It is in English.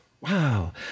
wow